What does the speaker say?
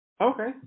Okay